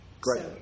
Great